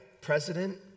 president